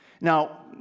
Now